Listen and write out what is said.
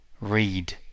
read